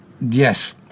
Yes